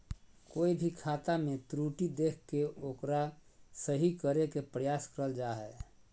कोय भी खाता मे त्रुटि देख के ओकरा सही करे के प्रयास करल जा हय